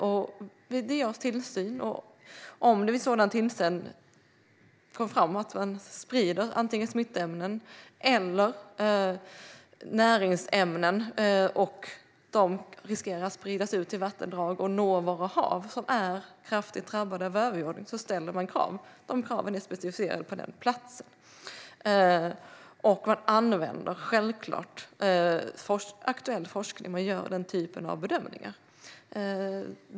Det bedrivs tillsyn, och om det vid en sådan tillsyn kommer fram att det sprids antingen smittämnen eller näringsämnen som riskerar att hamna i vattendrag och nå våra hav - som är kraftigt drabbade av övergödning - ställer man krav. Kraven är specificerade för platsen, och man använder självklart aktuell forskning när man gör den typen av bedömningar.